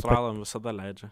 australam visada leidžia